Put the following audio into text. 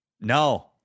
no